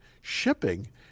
shipping